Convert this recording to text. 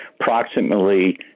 approximately